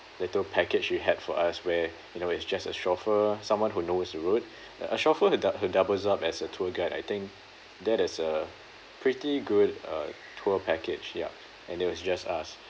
the tour package you had for us where you know it's just a chauffeur someone who knows the road a a chauffeur who doub~ who doubles up as a tour guide I think that is a pretty good uh tour package ya and that was just us